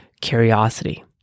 curiosity